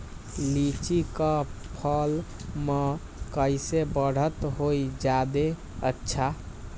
लिचि क फल म कईसे बढ़त होई जादे अच्छा?